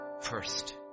first